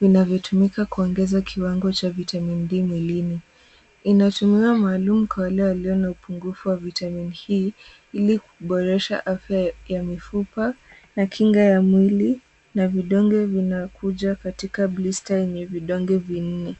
vinavyotumika kuongeza kiwango cha Vitamin D mwilini. Inatumiwa maalum kwa wale walio na upungufu wa vitamini hii ili kuboresha afya ya mifupa na kinga ya mwili na vidonge vinakuja katika blista yenye vidonge vinne.